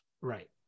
Right